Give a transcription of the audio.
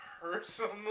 personally